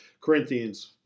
Corinthians